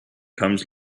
comes